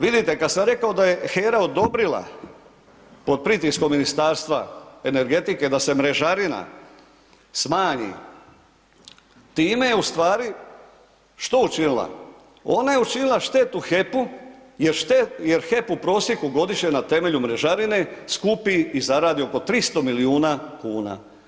Vidite kad sam rekao da je HERA odobrila pod pritiskom Ministarstva energetike da se mrežarina smanji time je u stvari što učinila, ona je učinila štetu HEP-u jer HEP u prosjeku godišnje na temelju mrežarine skupi i zaradi oko 300 milijuna kuna.